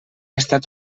estat